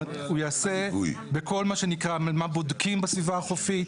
הוא ייעשה בכל מה שנקרא מה בודקים בסביבה החופית,